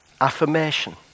affirmation